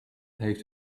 heeft